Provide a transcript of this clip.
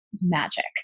magic